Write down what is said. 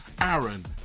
Aaron